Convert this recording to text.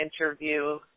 interview